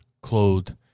clothed